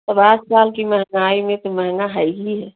तब आजकाल की महंगाई में तो महंगा है ही है